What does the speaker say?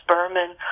Berman